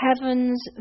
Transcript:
heaven's